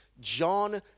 John